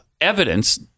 evidence